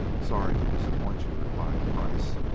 sorry to disappoint you, replied kreiss,